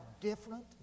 different